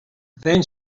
then